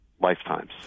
Lifetimes